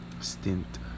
stint